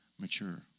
mature